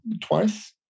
twice